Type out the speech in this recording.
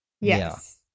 Yes